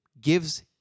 gives